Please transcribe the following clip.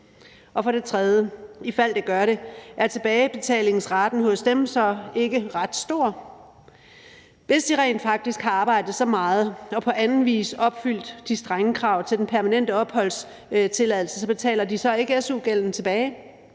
Og for det tredje: Ifald de gør det, er tilbagebetalingsraten hos dem så ikke ret stor? Hvis de rent faktisk har arbejdet så meget og på anden vis opfyldt de strenge krav til den permanente opholdstilladelse, betaler de så ikke su-gælden tilbage?